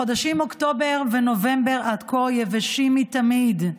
החודשים אוקטובר ונובמבר עד כה יבשים מתמיד.